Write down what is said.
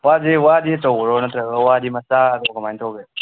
ꯋꯥꯗꯤ ꯑꯆꯧꯕꯔꯣ ꯅꯠꯇ꯭ꯔꯒ ꯋꯥꯗꯤ ꯃꯆꯥꯔꯣ ꯀꯔꯃꯥꯏꯅ ꯇꯧꯕꯒꯦ